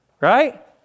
right